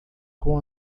com